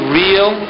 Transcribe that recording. real